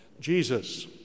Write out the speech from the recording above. Jesus